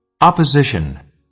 Opposition